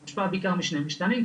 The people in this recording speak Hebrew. הוא מושפע בעיקר משני משתנים.